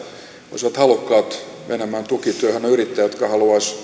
olisivat halukkaita menemään tukityöhön mutta jotka eivät nyt pääse ja on yrittäjiä jotka haluaisivat